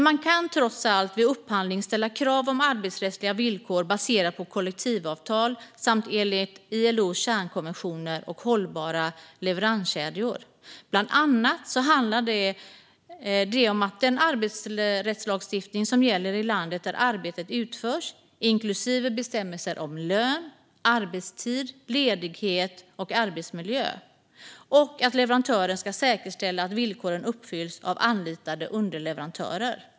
Man kan dock vid upphandling ställa krav på arbetsrättsliga villkor som baseras på kollektivavtal och som är i enlighet med ILO:s kärnkonventioner och på hållbara leveranskedjor. Bland annat handlar det om den arbetsrättslagstiftning som gäller i landet där arbetet utförs, inklusive bestämmelser om lön, arbetstid, ledighet och arbetsmiljö, och om att leverantören ska säkerställa att villkoren uppfylls av anlitade underleverantörer.